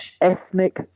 ethnic